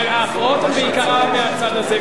ההפרעות הן בעיקרן מהצד הזה,